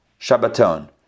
Shabbaton